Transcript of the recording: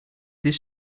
this